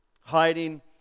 hiding